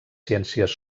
ciències